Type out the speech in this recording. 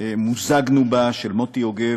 מוזגנו בה: מוטי יוגב,